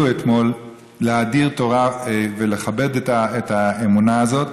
אתמול להאדיר תורה ולכבד את האמונה הזאת,